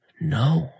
No